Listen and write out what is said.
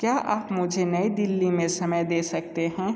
क्या आप मुझे नई दिल्ली में समय दे सकते हैं